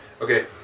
Okay